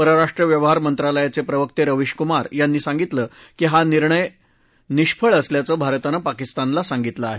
परराष्ट्र व्यवहार मंत्रालयाचे प्रवक्ते रवीश कुमार यांनी सांगितलं की हा निर्णय निष्फळ असल्याचं भारतानं पाकिस्तानला सांगितलं आहे